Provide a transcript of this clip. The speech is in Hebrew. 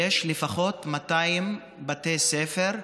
יש לפחות 200 בתי ספר,